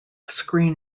screen